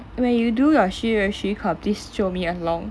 when you do your 居留许可 please jio me along